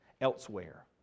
elsewhere